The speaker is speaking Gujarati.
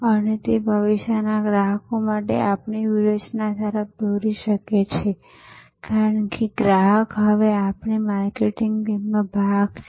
અને તે ભવિષ્યના ગ્રાહકો માટે આપણી વ્યૂહરચના તરફ દોરી શકે છે કારણ કે ગ્રાહક હવે આપણી માર્કેટિંગ ટીમનો ભાગ છે